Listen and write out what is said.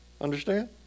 Understand